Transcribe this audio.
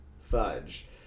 fudge